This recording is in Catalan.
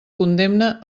condemna